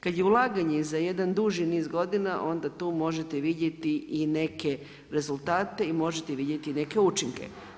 Kad je ulaganje za jedna duži niz godina, onda tu možete vidjeti i neke rezultate i možete vidjeti neke učinke.